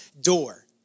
door